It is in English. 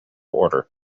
order